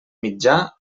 mitjà